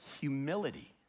humility